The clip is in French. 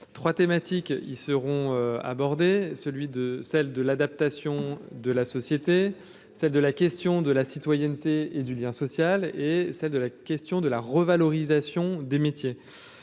3 thématiques y seront abordés, celui de celles de l'adaptation de la société, celle de la question de la citoyenneté et du lien social et celle de la question de la revalorisation des métiers,